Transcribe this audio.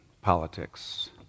politics